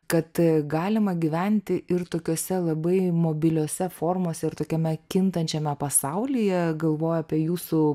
kad galima gyventi ir tokiuose labai mobiliose formose ir tokiame kintančiame pasaulyje galvoju apie jūsų